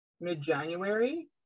mid-January